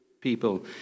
people